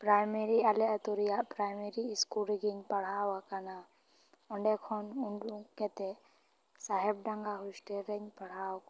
primary ᱟᱞᱮ ᱟᱹᱛᱩ ᱨᱮᱱᱟᱜ ᱯᱨᱟᱭᱢᱟᱨᱤ ᱥᱠᱩᱞ ᱨᱮᱜᱤᱧ ᱯᱟᱲᱦᱟᱣ ᱟᱠᱟᱱᱟ ᱚᱱᱰᱮ ᱠᱷᱚᱱ ᱩᱰᱩᱠ ᱠᱟᱛᱮ ᱥᱟᱦᱮᱵᱽᱰᱟᱝᱜᱟ ᱦᱳᱥᱴᱮᱞ ᱨᱮᱧ ᱯᱟᱲᱦᱟᱣ ᱟᱠᱟᱱᱟ